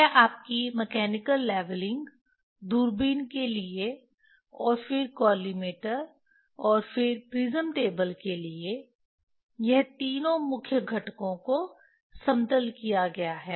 यह आपकी mechanical levelling दूरबीन के लिए और फिर कॉलिमेटर और फिर प्रिज्म टेबल के लिए यह तीनों मुख्य घटकों को समतल किया गया है